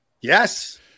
yes